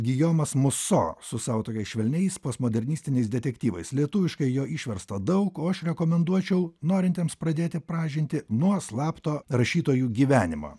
gijomas muso su savo tokiais švelniais postmodernistiniais detektyvais lietuviškai jo išversta daug o aš rekomenduočiau norintiems pradėti pažintį nuo slapto rašytojų gyvenimą